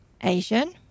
Asian